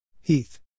Heath